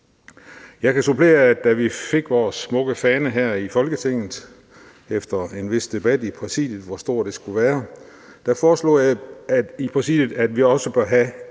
Jeg kan supplere med, at da vi fik vores smukke fane her i Folketinget efter en vis debat i Præsidiet om, hvor stor den skulle være, foreslog jeg i Præsidiet, at vi også burde have